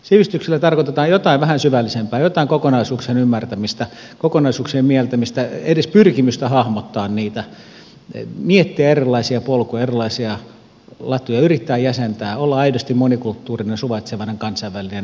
sivistyksellä tarkoitetaan jotain vähän syvällisempää jotain kokonaisuuksien ymmärtämistä kokonaisuuksien mieltämistä edes pyrkimystä hahmottaa niitä miettiä erilaisia polkuja erilaisia latuja yrittää jäsentää olla aidosti monikulttuurinen suvaitsevainen kansainvälinen ja näin poispäin